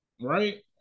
Right